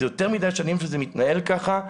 יותר מדי שנים שזה מתנהל ככה.